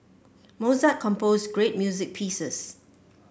Mozart composed great music pieces